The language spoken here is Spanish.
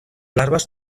larvas